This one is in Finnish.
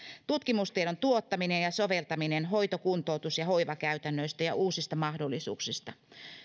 tutkimustiedon tuottaminen ja soveltaminen hoito kuntoutus ja hoivakäytännöistä ja uusista mahdollisuuksista